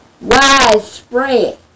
widespread